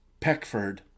Peckford